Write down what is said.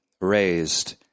raised